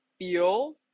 feel